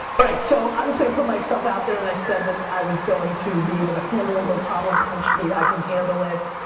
alright, so obviously i put myself out there and i said that i was going to be able to handle it, no problem. punch me. i can handle it.